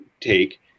take